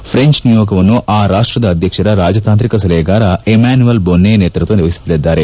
French ನಿಯೋಗವನ್ನು ಆ ರಾಷ್ಷದ ಅಧ್ವಕ್ಷರ ರಾಜತಾಂತ್ರಿಕ ಸಲಪೆಗಾರ ಎಮ್ಕಾನುಯೆಲ್ ಬೊನ್ನೆ ನೇತೃತ್ವ ವಹಿಸಲಿದ್ದಾರೆ